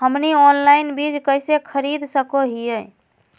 हमनी ऑनलाइन बीज कइसे खरीद सको हीयइ?